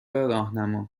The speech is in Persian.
راهنما